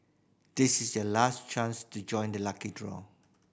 this is the last chance to join the lucky draw